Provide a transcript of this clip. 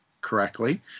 correctly